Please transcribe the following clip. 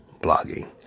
blogging